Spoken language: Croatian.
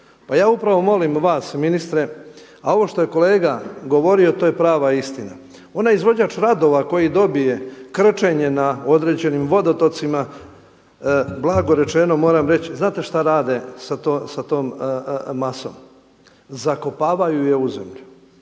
Pa ja upravo molim vas, ministre, a ovo što je kolega govorio to je prava istina. Onaj izvođač radova koji dobije krčenje na određenim vodotocima blago rečeno moram reći, znate šta rade s tom masom? Zakopavaju je u zemlju.